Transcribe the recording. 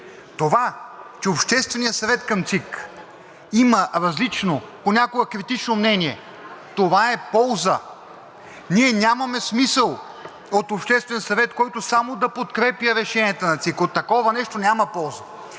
Това, че Общественият съвет към ЦИК има различно, понякога критично мнение, е полза! Ние нямаме смисъл от Обществен съвет, който само да подкрепя решенията на ЦИК, от такова нещо няма полза!